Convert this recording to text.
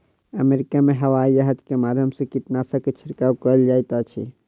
America में हवाईजहाज के माध्यम से कीटनाशक के छिड़काव कयल जाइत अछि